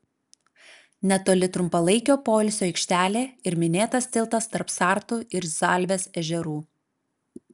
netoli trumpalaikio poilsio aikštelė ir minėtas tiltas tarp sartų ir zalvės ežerų